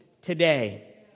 today